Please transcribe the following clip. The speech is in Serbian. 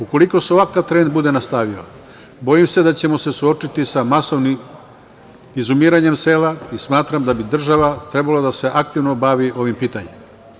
Ukoliko se ovakav trend bude nastavio, bojim se da ćemo suočiti sa masovnim izumiranjem sela, i smatram da bi država trebala da se aktivno bavi ovim pitanjem.